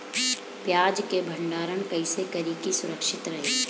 प्याज के भंडारण कइसे करी की सुरक्षित रही?